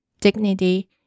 dignity